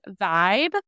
vibe